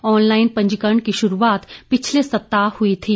online पंजीकरण की शुरूआत पिछले सप्ताह हुई थी